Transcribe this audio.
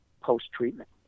post-treatment